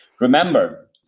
Remember